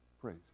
Praise